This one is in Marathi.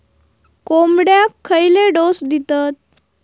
कोंबड्यांक खयले डोस दितत?